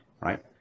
right